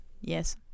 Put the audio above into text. yes